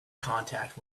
contact